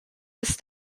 his